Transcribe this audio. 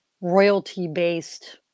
royalty-based